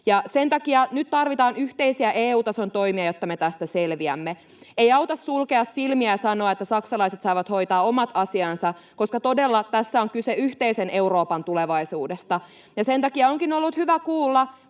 sen takia nyt tarvitaan yhteisiä EU-tason toimia, jotta me tästä selviämme. Ei auta sulkea silmiä ja sanoa, että saksalaiset saavat hoitaa omat asiansa, koska todella tässä on kyse yhteisen Euroopan tulevaisuudesta. [Jani Mäkelän välihuuto]